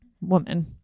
woman